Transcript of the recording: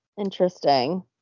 interesting